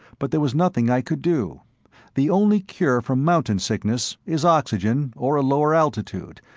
but there was nothing i could do the only cure for mountain-sickness is oxygen or a lower altitude,